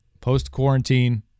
post-quarantine